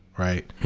right?